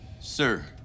Sir